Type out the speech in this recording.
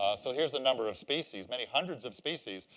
so here's the number of species, many hundreds of species,